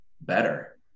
better